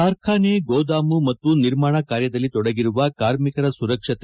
ಕಾರ್ಖಾನೆ ಗೋದಾಮು ಮತ್ತು ನಿರ್ಮಾಣ ಕಾರ್ಯದಲ್ಲಿ ತೊಡಗಿರುವ ಕಾರ್ಮಿಕರ ಸುರಕ್ಷತೆ